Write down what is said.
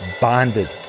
bonded